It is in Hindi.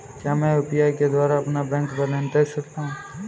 क्या मैं यू.पी.आई के द्वारा अपना बैंक बैलेंस देख सकता हूँ?